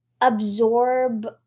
absorb